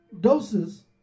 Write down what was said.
doses